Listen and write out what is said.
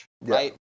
right